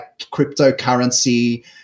cryptocurrency